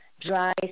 dry